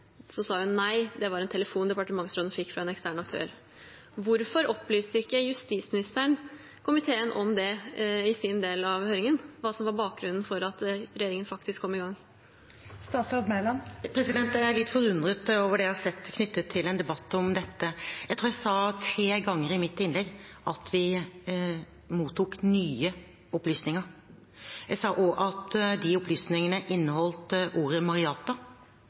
sa hun: Nei, det var en telefon departementsråden fikk fra en ekstern aktør. Hvorfor opplyste ikke justisministeren komiteen om det i sin del av høringen, hva som var bakgrunnen for at regjeringen faktisk kom i gang? Jeg er litt forundret over det jeg har sett knyttet til en debatt om dette. Jeg tror jeg sa tre ganger i mitt innlegg at vi mottok nye opplysninger. Jeg sa også at de opplysningene inneholdt ordet